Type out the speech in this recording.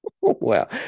Wow